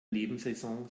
nebensaison